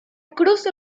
cruz